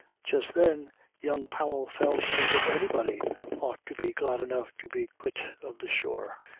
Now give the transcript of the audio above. just then young powell felt as if anybody ought to be glad enough to be quit of the shore.